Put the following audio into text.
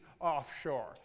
offshore